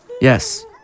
yes